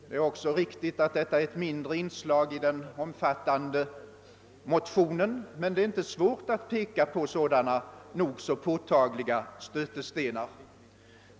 Det är riktigt att detta är ett mindre inslag i den omfattande motionen, men det är inte svårt att peka på nog så påtagliga stötestenar.